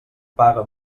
paga